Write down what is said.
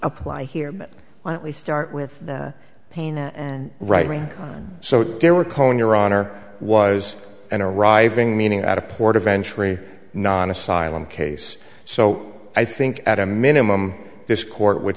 apply here but why don't we start with the pain and rightly so they were calling your honor was an arriving meaning at a port of entry not asylum case so i think at a minimum this court would